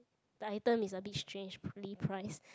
item is a bit strangely priced